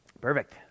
Perfect